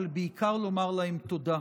אבל בעיקר לומר להם תודה,